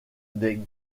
les